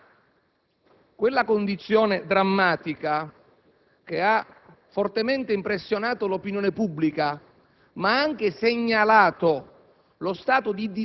quella condizione drammatica, che ha fortemente impressionato l'opinione pubblica, ed anche segnalato